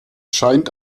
scheint